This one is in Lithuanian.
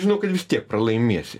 žinau kad vis tiek pralaimėsi